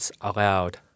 allowed